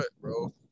bro